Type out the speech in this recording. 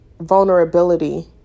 vulnerability